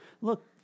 look